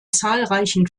zahlreichen